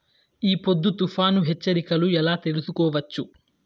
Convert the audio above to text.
ఈ పొద్దు తుఫాను హెచ్చరికలు ఎలా తెలుసుకోవచ్చు?